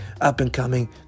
up-and-coming